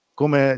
come